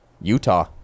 Utah